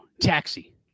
Taxi